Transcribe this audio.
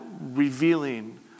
revealing